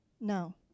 No